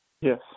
Yes